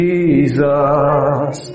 Jesus